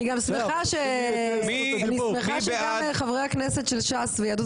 אני שמחה שגם חברי הכנסת של ש"ס ויהדות